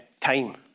time